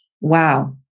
wow